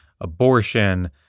abortion